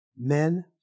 Men